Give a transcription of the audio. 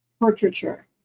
portraiture